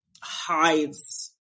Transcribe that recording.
hides